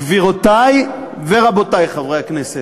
גבירותי ורבותי חברי הכנסת,